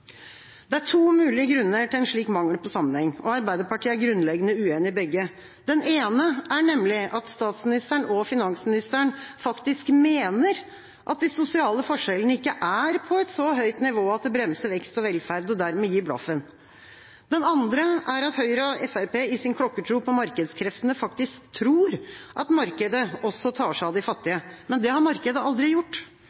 Det er to mulige grunner til en slik mangel på sammenheng, og Arbeiderpartiet er grunnleggende uenig i begge. Den ene er nemlig at statsministeren og finansministeren faktisk mener at de sosiale forskjellene ikke er på et så høyt nivå at det bremser vekst og velferd, og dermed gir blaffen. Den andre er at Høyre og Fremskrittspartiet i sin klokkertro på markedskreftene faktisk tror at markedet også tar seg av de fattige.